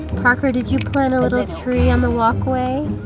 parker, did you plant a little tree on the walkway?